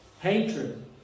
Hatred